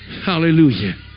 Hallelujah